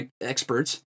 experts